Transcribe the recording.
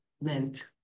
meant